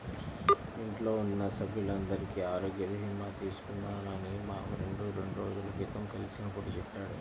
ఇంట్లో ఉన్న సభ్యులందరికీ ఆరోగ్య భీమా తీసుకున్నానని మా ఫ్రెండు రెండు రోజుల క్రితం కలిసినప్పుడు చెప్పాడు